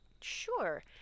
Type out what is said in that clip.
Sure